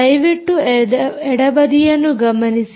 ದಯವಿಟ್ಟು ಎಡ ಬದಿಯನ್ನು ಗಮನಿಸಿ